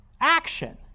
action